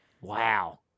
Wow